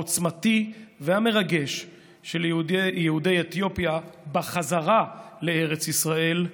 העוצמתי והמרגש של יהודי אתיופיה בחזרה לארץ ישראל,